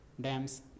dams